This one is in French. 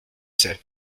sais